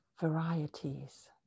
varieties